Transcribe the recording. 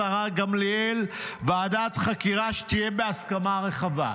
השרה גמליאל: "ועדת חקירה שתהיה בהסכמה רחבה".